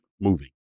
moving